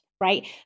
right